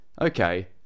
...okay